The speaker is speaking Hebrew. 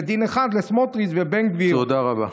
ודין אחר לסמוטריץ' ובן גביר." תודה רבה.